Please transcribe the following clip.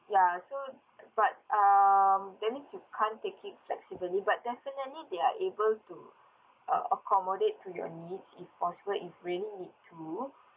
ya so but um that means you can't take it flexibly but definitely they are able to uh accommodate to your needs if possible if really need to